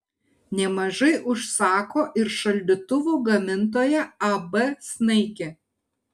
nemažai užsako ir šaldytuvų gamintoja ab snaigė